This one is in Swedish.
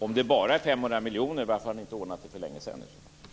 Varför har ni inte ordnat det för länge sedan om det bara gäller 500 miljoner?